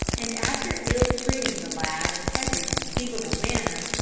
and after ill-treating the lad in every conceivable manner,